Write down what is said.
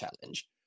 challenge